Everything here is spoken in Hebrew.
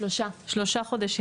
3 חודשים